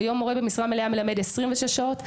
כיום מורה במשרה מלאה מלמד 26 שעות.